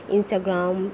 Instagram